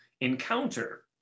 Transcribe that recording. encounter